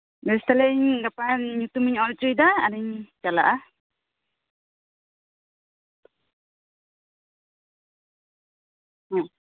ᱵᱮᱥ ᱛᱟᱦᱞᱮ ᱤᱧ ᱜᱟᱯᱟᱜᱤᱧ ᱧᱩᱛᱩᱢᱤᱧ ᱚᱞ ᱦᱚᱪᱚᱭᱮᱫᱟ ᱟᱨᱤᱧ ᱪᱟᱞᱟᱜᱼᱟ ᱦᱮᱸ